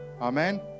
amen